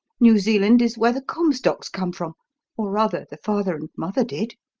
new zealand is where the comstocks come from or, rather, the father and mother did.